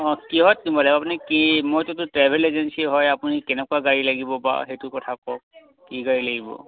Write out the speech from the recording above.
অ' কিহত নিব লাগিব আপুনি কি মইটোতো ট্ৰেভেল এজেঞ্চি হয় আপুনি কেনেকুৱা গাড়ী লাগিব বা সেইটো কথা কওক কি গাড়ী লাগিব